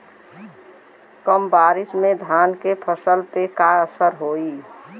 कम बारिश में धान के फसल पे का असर होई?